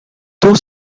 those